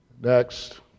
next